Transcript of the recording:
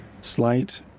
Slight